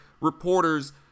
reporters